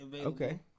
okay